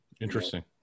Interesting